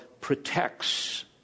protects